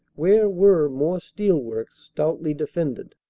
where were more steel works, stoutly defended.